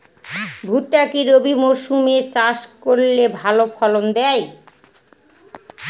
ভুট্টা কি রবি মরসুম এ চাষ করলে ভালো ফলন দেয়?